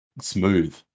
smooth